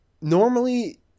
normally